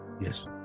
yes